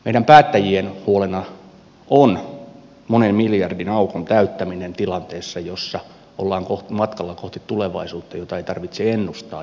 meidän päättäjien huolena on monen miljardin aukon täyttäminen tilanteessa jossa ollaan matkalla kohti tulevaisuutta jota ei tarvitse ennustaa jonka tietää